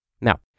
Now